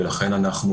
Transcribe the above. ולכן אנחנו